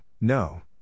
no